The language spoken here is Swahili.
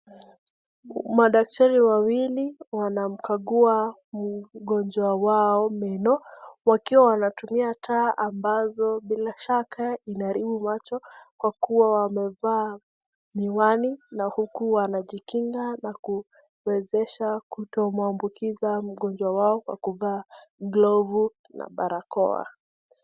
Madaktari wawili wanamkagua mgonjwa wao meno, wakiwa wanatumia taa ambazo bila shaka zinaaribu macho, kwa kuwa wamevaa miwani na huku wanajikinga na kuwezesha kutomwambukiza mgonjwa wao kwa kuvaa glovu na barakoa.